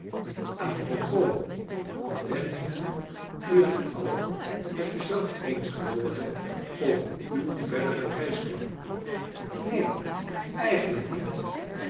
a propos bent u t al met u zelf eens geworden over uw verdere reisplannen neen eigenlijk niet